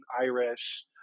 irish